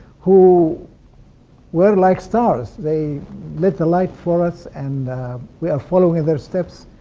who were like stars, they lit the light for us, and we are following their steps,